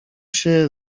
się